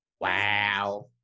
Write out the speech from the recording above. Wow